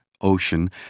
ocean